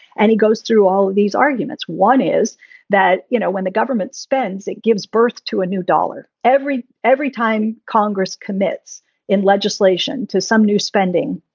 and he goes through all of these arguments. one is that, you know, when the government spends, it gives birth to a new dollar. every every time congress commits in legislation to some new spending,